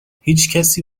هیچکسی